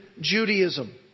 Judaism